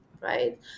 right